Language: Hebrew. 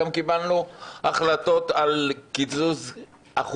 גם קיבלנו החלטות על קיזוז 1%,